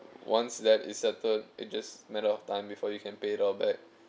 once that is certain it just matter of time before you can pay it all back